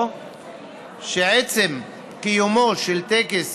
או שעצם קיומו של טקס